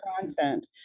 content